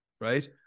right